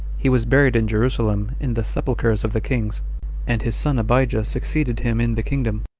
he was buried in jerusalem, in the sepulchers of the kings and his son abijah succeeded him in the kingdom,